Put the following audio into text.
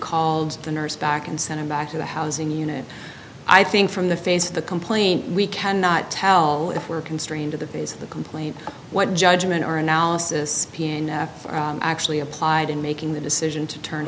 called the nurse back and sent him back to the housing unit i think from the face of the complaint we cannot tell if we're constrained to the base of the complaint what judgement or analysis actually applied in making the decision to turn